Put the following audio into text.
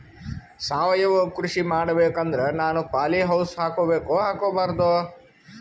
ಸಾವಯವ ಕೃಷಿ ಮಾಡಬೇಕು ಅಂದ್ರ ನಾನು ಪಾಲಿಹೌಸ್ ಹಾಕೋಬೇಕೊ ಹಾಕ್ಕೋಬಾರ್ದು?